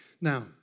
Now